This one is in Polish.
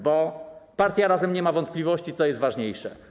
Bo Partia Razem nie ma wątpliwości, co jest ważniejsze.